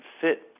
fit